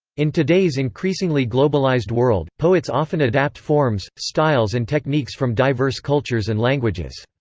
in today's increasingly globalized world, poets often adapt forms, styles and techniques from diverse cultures and languages.